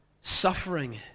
suffering